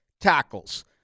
tackles